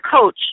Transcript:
coach